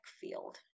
field